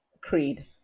creed